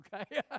Okay